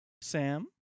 Sam